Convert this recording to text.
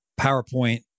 PowerPoint